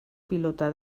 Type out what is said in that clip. pilota